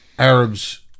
Arabs